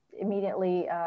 immediately